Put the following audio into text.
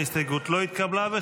ההסתייגות לא התקבלה.